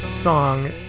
song